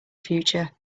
future